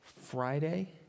Friday